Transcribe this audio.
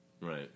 right